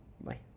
bye